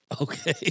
Okay